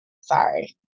sorry